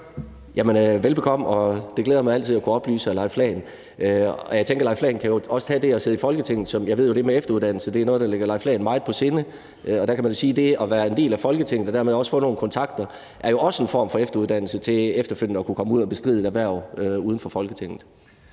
Velbekomme. Det glæder mig altid at kunne oplyse hr. Leif Lahn Jensen om noget. Og jeg ved, at det med efteruddannelse er noget, der ligger hr. Leif Lahn Jensen meget på sinde, og der kan man sige, at det at være en del af Folketinget og dermed også få nogle kontakter jo også er en form for efteruddannelse til efterfølgende at kunne komme ud og bestride et hverv uden for Folketinget